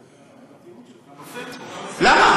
לא, הטיעון שלך נופל פה.